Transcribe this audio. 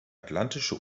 atlantische